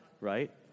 right